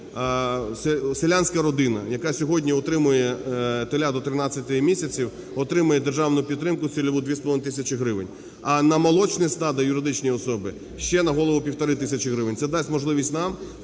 селянська родина, яка сьогодні утримує теля до 13 місяців, отримує державну підтримку цільову в дві з половиною тисячі гривень, а на молочне стадо (юридичні особи) ще на голову півтори тисячі. Це дасть можливість нам